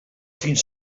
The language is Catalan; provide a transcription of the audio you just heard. fins